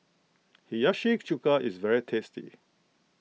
Hiyashi Chuka is very tasty